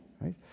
right